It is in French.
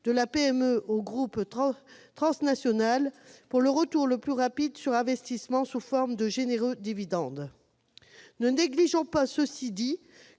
de la PME au groupe transnational, pour le retour le plus rapide sur investissement sous forme de généreux dividendes n'est sans doute pas